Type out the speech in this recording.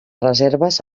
reserves